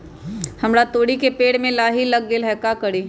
हमरा तोरी के पेड़ में लाही लग गेल है का करी?